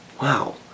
wow